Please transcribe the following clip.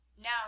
now